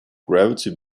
gravity